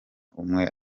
umwe